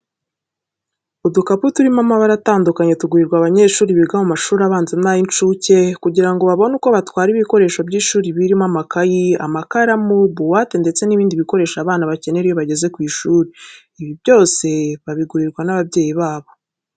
Udukapu turi mu mabara atandukanye tugurirwa abanyeshuri biga mu mashuri abanza n'ay'incuke kugira ngo babone aho batwara ibikoresho by'ishuri birimo amakayi, amakaramo, buwate ndetse n'ibindi bikoresho abana bakenera iyo bageze ku ishuri. Ibi byose rero babigurirwa n'ababyeyi babo.